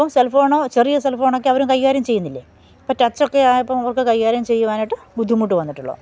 ഇപ്പോള് cell phone ചെറിയ cell ഫോണൊക്കെ അവരും കൈകാര്യം ചെയ്യുന്നില്ലേ ഇപ്പോള് ടച്ചൊക്കെ ആയപ്പോള് അവർക്ക് കൈകാര്യം ചെയ്യുവാനായിട്ട് ബുദ്ധിമുട്ട് വന്നിട്ടുള്ളെ